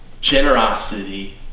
generosity